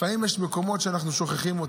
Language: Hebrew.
לפעמים יש מקומות שאנחנו שוכחים.